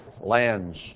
lands